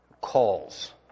calls